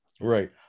Right